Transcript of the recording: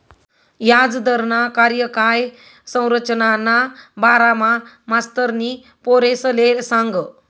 याजदरना कार्यकाय संरचनाना बारामा मास्तरनी पोरेसले सांगं